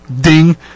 ding